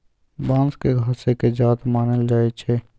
बांस के घासे के जात मानल जाइ छइ